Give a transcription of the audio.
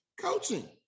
coaching